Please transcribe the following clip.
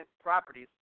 properties